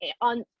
on